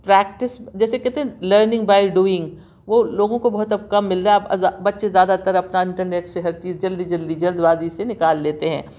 practice جیسے کہتے ہیں لرننگ بائی ڈوئنگ وہ لوگوں کو بہت اب کم مل رہا ہے اب زیا بچے زیادہ تر اپنا انٹرنیٹ سے ہر چیز جلدی جلدی جلد بازی سے نکال لیتے ہیں